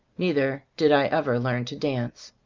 neither did i ever learn to dance.